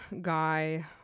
guy